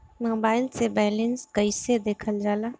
Mobile से balance कइसे देखल जाला?